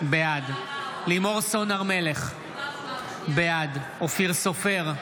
בעד לימור סון הר מלך, בעד אופיר סופר,